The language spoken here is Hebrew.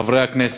לחברי הכנסת,